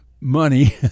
money